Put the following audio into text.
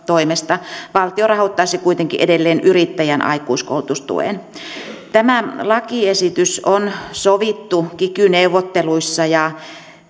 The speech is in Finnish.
toimesta valtio rahoittaisi kuitenkin edelleen yrittäjän aikuiskoulutustuen tämä lakiesitys on sovittu kiky neuvotteluissa ja